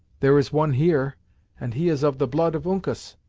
there is one here and he is of the blood of uncas!